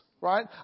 Right